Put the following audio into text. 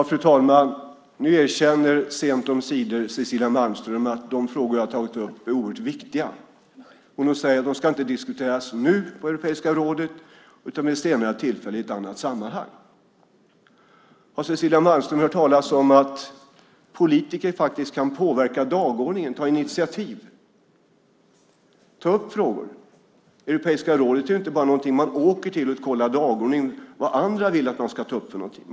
Fru talman! Nu erkänner sent omsider Cecilia Malmström att de frågor jag har tagit upp är oerhört viktiga. Hon säger att de inte ska diskuteras nu på Europeiska rådet utan vid ett senare tillfälle i ett annat sammanhang. Har Cecilia Malmström hört talas om att politiker faktiskt kan påverka dagordningen, ta initiativ och ta upp frågor? Europeiska rådet är inte bara någonting man åker till och kollar på dagordningen vad andra vill att man ska ta upp för någonting.